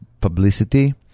publicity